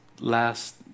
last